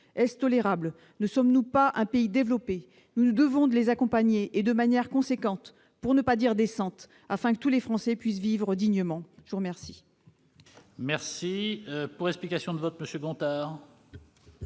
Est-ce tolérable ? Ne sommes-nous pas un pays développé ? Nous nous devons d'accompagner ces personnes, et de manière importante, pour ne pas dire décente, afin que tous les Français puissent vivre dignement ! La parole